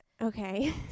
okay